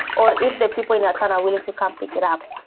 or if the people in your town are willing to come pick it up.